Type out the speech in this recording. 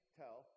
tell